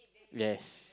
yes